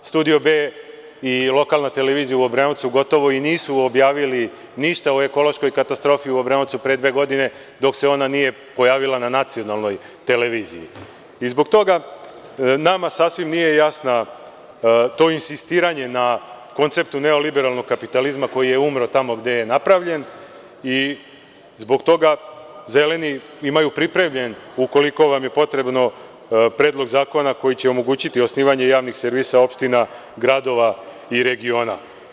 Studio B“ i lokalna televizija u Obrenovcu gotovo da nisu objavile ništa o ekološkoj katastrofi u Obrenovcu pre dve godine dok se ona nije pojavila na nacionalnoj televiziji i zbog toga nama sasvim nije jasno to insistiranje na konceptu neoliberalnog kapitalizma, koji je umro tamo gde je napravljen, i zbog toga Zeleni imaju pripremljen, ukoliko vam je potrebno, Predlog zakona koji će omogućiti osnivanje javnih servisa opština, gradova i regiona.